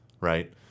right